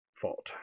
fault